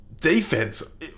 defense